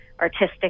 artistic